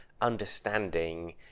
understanding